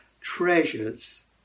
treasures